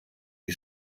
die